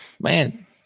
man